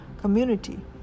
community